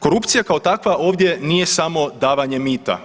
Korupcija kao takva ovdje nije samo davanje mita.